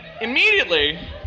immediately